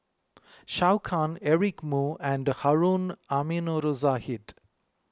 Zhou Can Eric Moo and Harun Aminurrashid